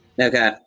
Okay